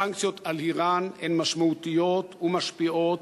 הסנקציות על אירן הן משמעותיות ומשפיעות.